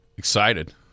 Excited